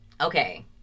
Okay